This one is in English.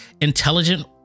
intelligent